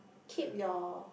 keep your